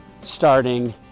starting